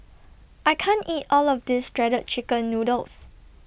I can't eat All of This Shredded Chicken Noodles